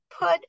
put